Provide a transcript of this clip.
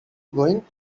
going